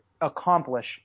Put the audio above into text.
accomplish